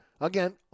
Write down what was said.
again